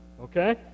Okay